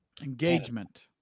Engagement